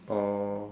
oh